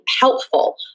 helpful